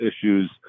issues